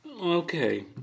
Okay